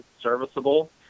serviceable